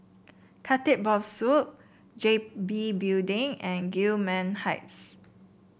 Khatib Bongsu G B Building and Gillman Heights